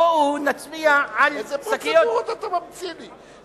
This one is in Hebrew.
בואו נצביע על, איזה פרוצדורות אתה ממציא לי?